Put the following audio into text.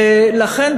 ולכן,